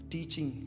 Teaching